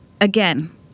again